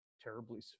terribly